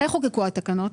מתי חוקקו התקנות?